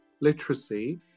literacy